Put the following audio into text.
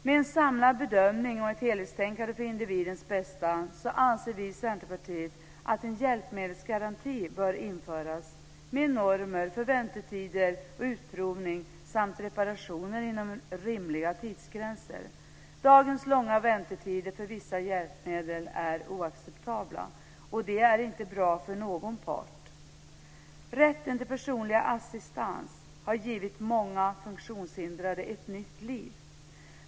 Med en samlad bedömning och ett helhetstänkande för individens bästa anser vi i Centerpartiet att en hjälpmedelsgaranti bör införas med normer för väntetider och utprovning samt reparationer inom rimliga tidsgränser. Dagens långa väntetider för vissa hjälpmedel är oacceptabla. Det är inte bra för någon part. Rätten till personlig assistans har givit många funktionshindrade ett nytt liv.